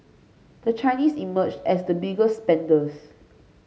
the Chinese emerged as the biggest spenders